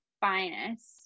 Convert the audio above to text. finest